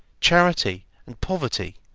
charity and poverty,